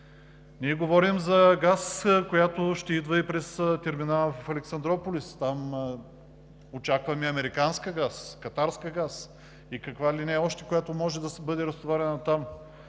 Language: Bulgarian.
Ние говорим за газ, която ще идва и през терминала в Александруполис. Там очакваме американска газ, катарска газ и каква ли не още, която може да бъде разтоварена там.